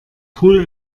pool